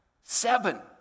Seven